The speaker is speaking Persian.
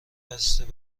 قصد